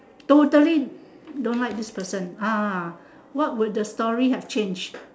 totally don't like this person ah what would the story have change